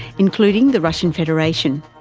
including the russian federation.